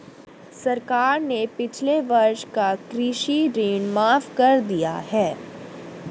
सरकार ने पिछले वर्ष का कृषि ऋण माफ़ कर दिया है